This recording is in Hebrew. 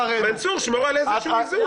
מנסור, שמור על איזה שהוא איזון.